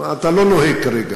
אתה לא נוהג כרגע,